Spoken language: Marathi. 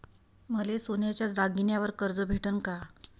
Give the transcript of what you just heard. मले सोन्याच्या दागिन्यावर कर्ज भेटन का?